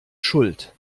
schuld